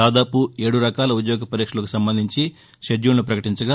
దాదాఫు ఏదు రకాల ఉద్యోగ పరీక్షలకు సంబంధించిన షెద్యుల్ను ప్రకటించగా